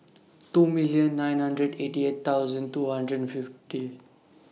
two million nine hundred eighty eight thousand two hundred and fifty